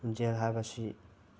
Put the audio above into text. ꯂꯝꯖꯦꯜ ꯍꯥꯏꯕꯁꯤ